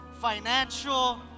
financial